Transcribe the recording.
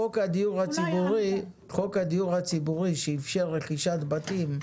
חוק הדיור הציבורי, שאפשר רכישת בתים,